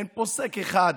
אין פוסק אחד,